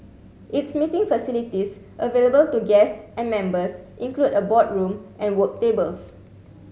its meeting facilities available to guests and members include a boardroom and work tables